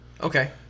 Okay